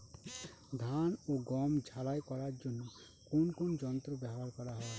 ধান ও গম ঝারাই করার জন্য কোন কোন যন্ত্র ব্যাবহার করা হয়?